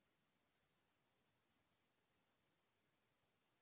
का एच.एम.टी धान के विभिन्र प्रकार हवय?